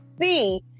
see